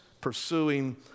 pursuing